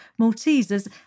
Maltesers